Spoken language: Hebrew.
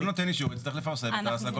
אם הוא נותן אישור, יצטרך לפרסם את ההשגות.